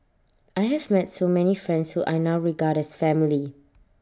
I have met so many friends who I now regard as family